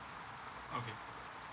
okay